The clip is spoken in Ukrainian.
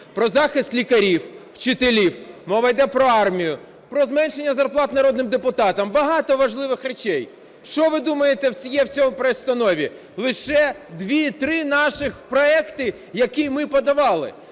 про захист лікарів, вчителів, мова йде про армію, про зменшення зарплат народним депутатам, багато важливих речей. Що ви думаєте, є в цій постанові? Лише два-три наших проекти, які ми подавали.